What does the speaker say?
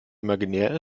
imaginär